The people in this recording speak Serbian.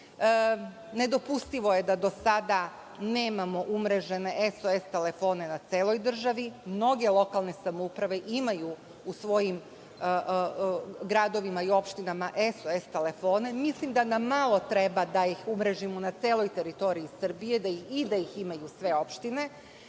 Nedopustivo je da do sada nemamo umrežene sos telefone na celoj državi. Mnoge lokalne samouprave imaju u svojim gradovima sos telefone. Mislim da nam malo treba da ih umrežimo na celoj teritoriji Srbije i da ih imaju sve opštine. Smatram